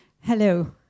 Hello